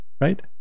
right